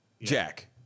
Jack